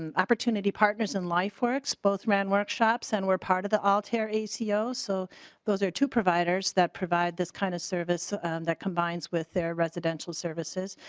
and opportunity partners in life where it's both men workshops and were part of the altair is ah so those are two providers that provide this kind of service that combines with their residential services.